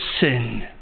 sin